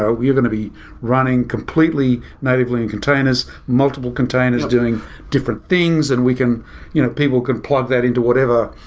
ah you're going to be running completely natively in containers, multiple containers doing different things and we can you know people can plug that into whatever.